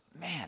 man